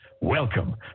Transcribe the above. Welcome